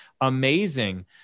amazing